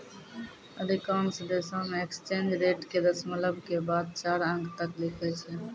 अधिकांश देशों मे एक्सचेंज रेट के दशमलव के बाद चार अंक तक लिखै छै